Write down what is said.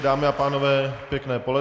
Dámy a pánové, pěkné poledne.